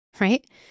right